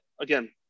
again